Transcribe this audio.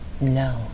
No